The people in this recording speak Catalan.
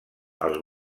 els